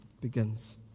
begins